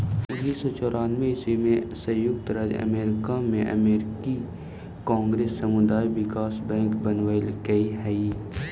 उन्नीस सौ चौरानबे में संयुक्त राज्य अमेरिका में अमेरिकी कांग्रेस सामुदायिक विकास बैंक बनवलकइ हई